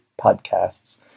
podcasts